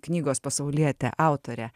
knygos pasaulietė autorė